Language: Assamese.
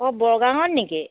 অঁ বৰগাঙত নেকি